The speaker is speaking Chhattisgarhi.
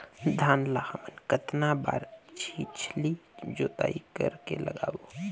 धान ला हमन कतना बार छिछली जोताई कर के लगाबो?